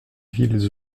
villes